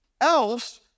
else